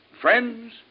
Friends